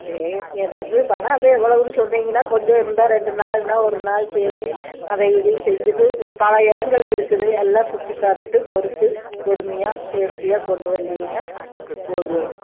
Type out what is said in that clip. சரி அது எது பணம் அதான் எவ்வளவுன்னு சொன்னிங்கன்னா கொஞ்சம் இருந்தால் ரெண்டு நாளுனா ஒரு நாள் சேத்து அதை இதையும் செஞ்சுட்டு பல இடங்கள் இருக்குது எல்லாம் சுற்றி பார்த்துட்டு பொறுத்து பொறுமையாக சேஃப்டியாக கொண்டு வந்திங்கன்னா போதும்